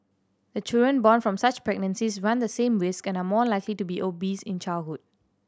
the children born from such pregnancies run the same risk and are more likely to be obese in childhood